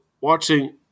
watching